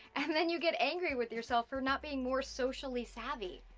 and then you get angry with yourself for not being more socially savvy.